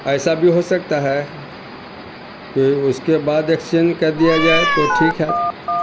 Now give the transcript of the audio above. ایسا بھی ہو سکتا ہے کہ اس کے بعد ایکسچینج کر دیا جائے تو ٹھیک ہے